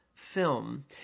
Film